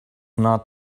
not